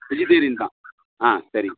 vegetarian தான் ஆ சரி